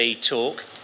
talk